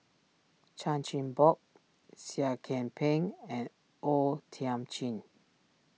Chan Chin Bock Seah Kian Peng and O Thiam Chin